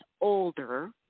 older